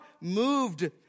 moved